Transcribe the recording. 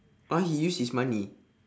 !huh! he use his money